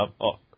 up